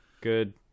Good